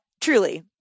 truly